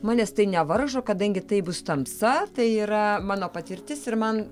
manęs tai nevaržo kadangi tai bus tamsa tai yra mano patirtis ir man